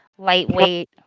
lightweight